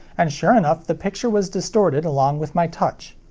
and sure enough the picture was distorted along with my touch.